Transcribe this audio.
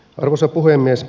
arvoisa puhemies